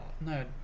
no